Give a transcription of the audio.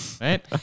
Right